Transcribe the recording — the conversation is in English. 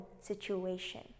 situation